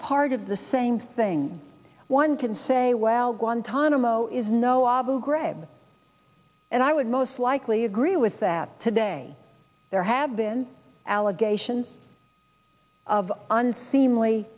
part of the same thing one can say well guantanamo is no aboud greb and i would most likely agree with that today there have been allegations of unseemly